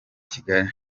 kigali